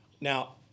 Now